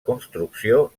construcció